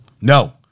No